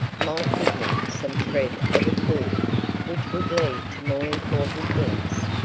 might give me some thread of a clue which would lead to more important things.